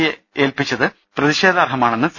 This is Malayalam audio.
എയെ ഏൽപ്പിച്ചത് പ്രതിഷേധാർഹ മാണെന്ന് സി